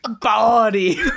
Body